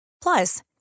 Plus